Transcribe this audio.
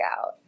out